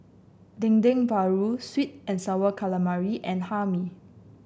Dendeng Paru sweet and sour calamari and Hae Mee